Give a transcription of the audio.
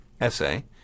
essay